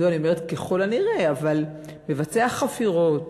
מדוע אני אומרת "ככל הנראה" אבל מבצע חפירות,